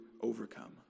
overcome